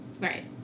right